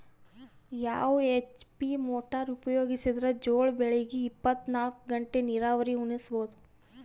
ಯಾವ HP motor ಉಪಯೋಗಿಸಿದರ ಜೋಳ ಬೆಳಿಗ ಇಪ್ಪತ ನಾಲ್ಕು ಗಂಟೆ ನೀರಿ ಉಣಿಸ ಬಹುದು?